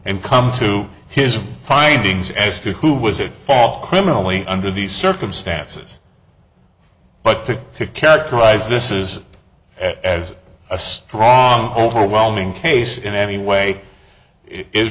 and come to his findings as to who was at fault criminally under these circumstances but to characterize this is as a strong overwhelming case in any way i